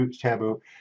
taboo